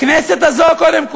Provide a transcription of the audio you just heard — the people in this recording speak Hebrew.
בכנסת הזו קודם כול,